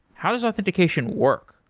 how does authentication work?